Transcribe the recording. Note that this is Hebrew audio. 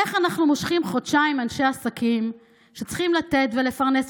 איך אנחנו מושכים חודשיים אנשי עסקים שצריכים לתת ולפרנס,